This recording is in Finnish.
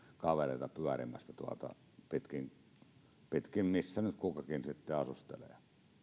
kavereita pyörimästä tuolta pitkin sieltä missä nyt kukakin sitten asustelee